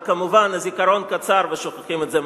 רק כמובן הזיכרון קצר ושוכחים את זה מהר.